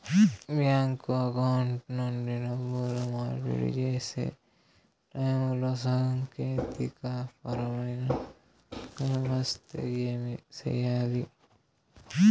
bank account నుండి డబ్బులు మార్పిడి సేసే టైములో సాంకేతికపరమైన తప్పులు వస్తే ఏమి సేయాలి